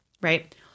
right